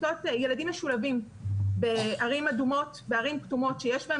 ילדים משולבים בערים אדומות ובערים כתומות שיש בהם